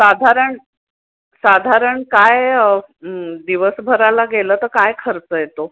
साधारण साधारण काय दिवसभराला गेलं तर काय खर्च येतो